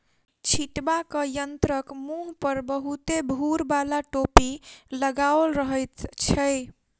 छिटबाक यंत्रक मुँह पर बहुते भूर बाला टोपी लगाओल रहैत छै